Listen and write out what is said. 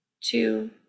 two